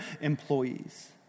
employees